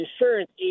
insurance